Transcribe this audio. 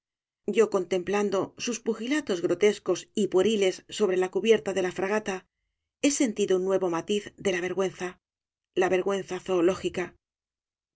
yo contemplando sus pugilatos grotescos y pueriles sobre la cubierta de la fragata he sentido un nuevo matiz de la vergüenza la vergüenza zoológica